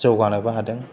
जौगानोबो हादों